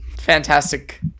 fantastic